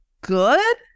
good